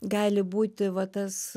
gali būti va tas